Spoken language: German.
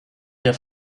der